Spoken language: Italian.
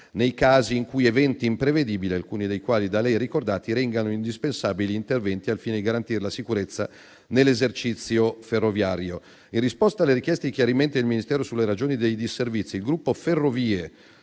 nei casi in cui eventi imprevedibili, alcuni dei quali da lei ricordati, rendano indispensabili interventi al fine di garantire la sicurezza nell'esercizio ferroviario. In risposta alle richieste di chiarimenti al Ministero sulle ragioni dei disservizi, il gruppo Ferrovie